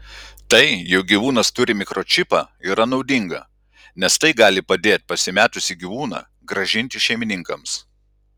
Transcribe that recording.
tai jog gyvūnas turi mikročipą yra naudinga nes tai gali padėt pasimetusį gyvūną grąžinti šeimininkams